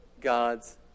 God's